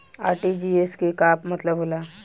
RTGS के का मतलब होला?